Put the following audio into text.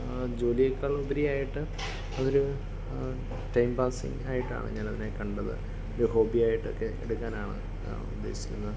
ആ ജോലിയേക്കാളുപരിയായിട്ട് അതൊര് ടൈം പാസിംഗ് ആയിട്ടാണ് ഞാനതിനെ കണ്ടത് ഒര് ഹോബിയായിട്ടൊക്കെ എടുക്കാനാണ് ഞാൻ ഉദ്ദേശിക്കുന്നത്